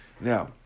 Now